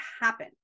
happen